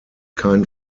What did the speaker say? kein